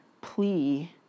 plea